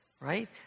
Right